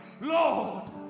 Lord